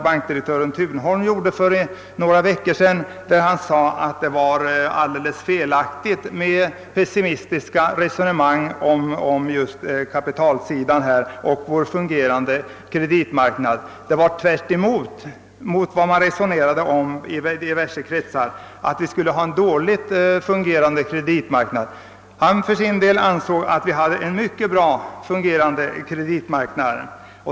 Bankdirektör Thunholm sade för några veckor sedan, att det var alldeles felaktigt av vissa kretsar att föra pessimistiska resonemang om vår dåligt fungerande kreditmarknad. Han ansåg att vi hade en mycket bra fungerande kreditmarknad.